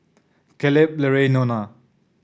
Kaleb Larae Nona